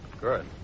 Good